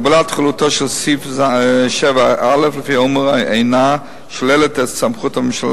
הגבלת תחולתו של סעיף 7א לפי האמור אינה שוללת את סמכות הממשלה